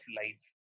life